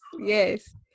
Yes